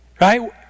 Right